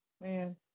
man